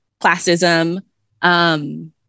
classism